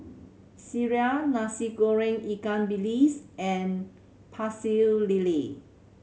sireh Nasi Goreng ikan bilis and Pecel Lele